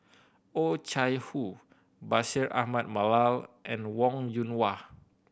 Oh Chai Hoo Bashir Ahmad Mallal and Wong Yoon Wah